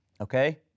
okay